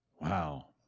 Wow